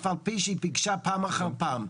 אף על פי שהיא בקשה פעם אחר פעם,